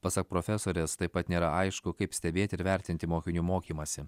pasak profesorės taip pat nėra aišku kaip stebėti ir vertinti mokinių mokymąsi